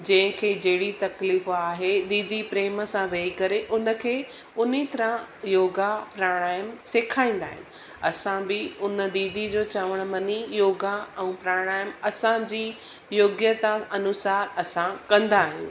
जंहिंखे जहिड़ी तकलीफ़ आहे दीदी प्रेम सां वेही करे उनखे उन ई तरह योगा प्राणायाम सेखारींदा आहिनि असां बि उन दीदी जो चवण मनी योगा ऐं प्राणायाम असांजी योग्यता अनुसार असां कंदा आहियूं